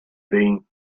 being